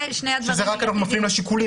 רק אנחנו מפנים לשיקולים,